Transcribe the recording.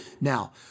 Now